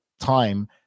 time